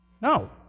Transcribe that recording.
No